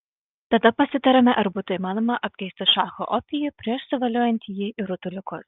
tada pasitarėme ar būtų įmanoma apkeisti šacho opijų prieš suvoliojant jį į rutuliukus